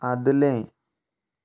आदलें